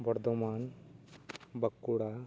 Bardhaman Bankura